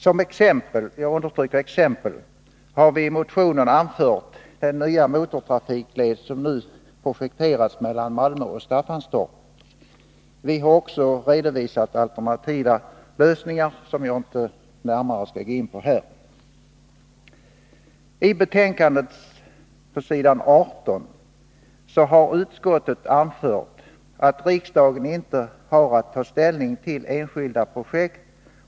Som exempel har vi i motionen anfört den nya motortrafikled som nu projekteras mellan Malmö och Staffanstorp. Vi har också redovisat alternativa lösningar, som jag inte här skall gå närmare in på. I betänkandet, s. 18, har utskottet anfört att riksdagen inte har att ta ställning till enskilda projekt.